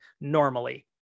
normally